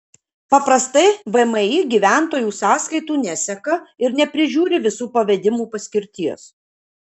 paprastai vmi gyventojų sąskaitų neseka ir neprižiūri visų pavedimų paskirties